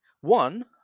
one